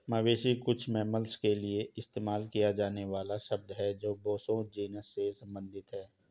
मवेशी कुछ मैमल्स के लिए इस्तेमाल किया जाने वाला शब्द है जो बोसो जीनस से संबंधित हैं